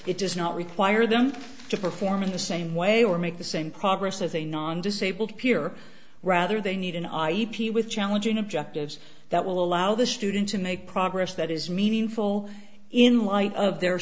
does not require them to perform in the same way or make the same progress as a non disabled peer rather they need an i e people with challenging objectives that will allow the student to make progress that is meaningful in light of their